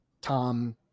Tom